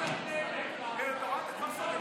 התשפ"ג 2023,